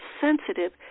sensitive